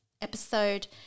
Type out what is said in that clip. episode